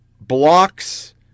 blocks